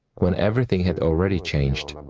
when everything had already changed,